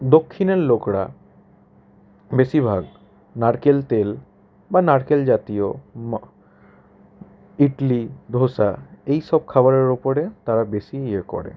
দক্ষিণের লোকরা বেশিভাগ নারকেল তেল বা নারকেল জাতীয় ইডলি ধোসা এই সব খাবারের ওপরে তারা বেশি ইয়ে করে